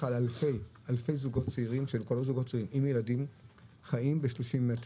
אלפי זוגות צעירים עם ילדים חיים ב-30 מטר,